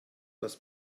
das